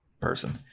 person